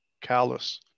callous